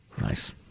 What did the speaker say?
Nice